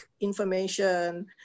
information